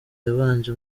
yabanje